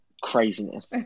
craziness